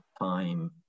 time